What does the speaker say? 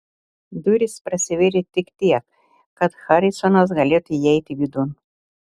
durys prasivėrė tik tiek kad harisonas galėtų įeiti vidun